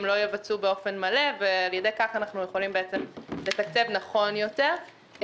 לא יבצעו באופן מלא ועל ידי כך אנחנו יכולים לתקצב נכון יותר.